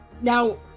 now